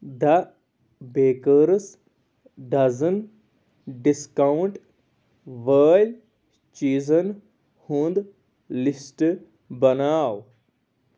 the bakers dozen discount وٲلۍ چیٖزن ہُنٛد لِسٹ بناو